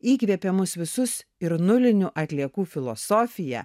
įkvėpė mus visus ir nulinių atliekų filosofija